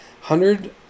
Hundred